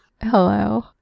Hello